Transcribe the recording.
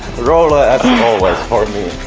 roller as um always for me!